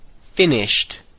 finished